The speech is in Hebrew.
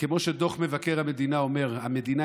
וכמו שדוח מבקר המדינה אומר: המדינה